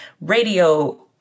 radio